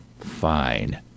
fine